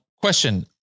question